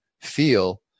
feel